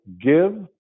give